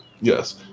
Yes